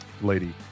lady